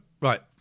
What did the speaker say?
right